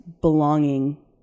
belonging